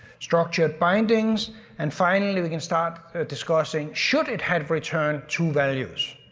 structured bindings and finally we can start discussing should it have returned two values?